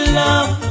love